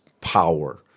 power